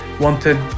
wanted